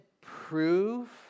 prove